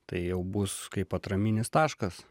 tai jau bus kaip atraminis taškas